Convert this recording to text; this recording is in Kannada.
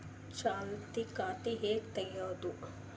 ಚಾಲತಿ ಖಾತಾ ಹೆಂಗ್ ತಗೆಯದು?